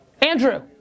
Andrew